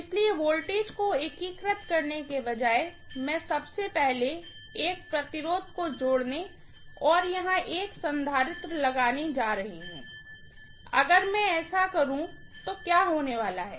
इसलिए वोल्टेज को एकीकृत करने के बजाय मैं सबसे पहले एक रेजिस्टेंस को जोड़ने और यहां एक कपैसिटर लगाने जा रही हूँ अगर मैं ऐसा करूं तो क्या होने वाला है